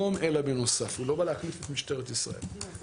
המבצעית ודורשת שיהיה מינימום של כוח אדם,